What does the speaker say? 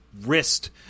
wrist